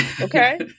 Okay